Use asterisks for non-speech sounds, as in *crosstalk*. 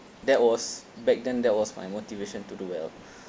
that was back then that was my motivation to do well *breath*